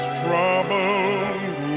troubled